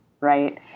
right